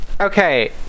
Okay